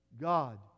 God